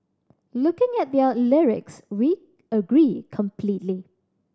looking at their lyrics we agree completely